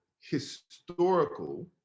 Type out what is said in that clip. historical